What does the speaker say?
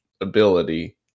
ability